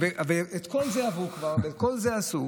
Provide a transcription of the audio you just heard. את כל זה עברו כבר ואת כל זה עשו,